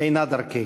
אינה דרכנו.